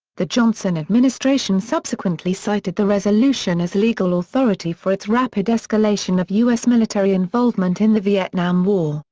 the johnson administration subsequently cited the resolution as legal authority for its rapid escalation of u s. military involvement in the vietnam war.